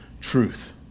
truth